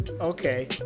okay